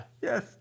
Yes